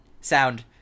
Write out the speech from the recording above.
sound